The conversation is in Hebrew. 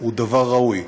הוא דבר ראוי.